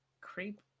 Creep